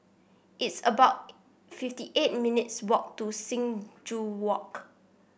it's about fifty eight minutes' walk to Sing Joo Walk